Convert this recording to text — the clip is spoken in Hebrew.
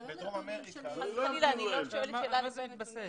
זה לא נתונים --- על מה זה מתבסס?